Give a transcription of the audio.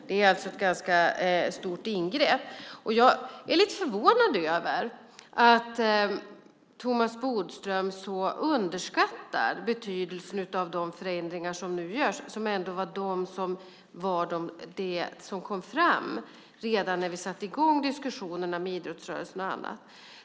Det är alltså ett ganska stort ingrepp. Jag är lite förvånad över att Thomas Bodström så underskattar betydelsen av de förändringar som nu görs, som ändå var de som kom fram redan när vi satte i gång diskussionerna med idrottsrörelsen och andra.